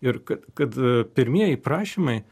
ir kad kad pirmieji prašymai